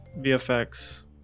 VFX